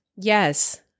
yes